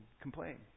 complain